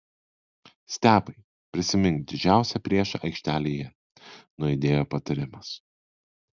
stepai prisimink didžiausią priešą aikštelėje nuaidėjo patarimas